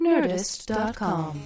Nerdist.com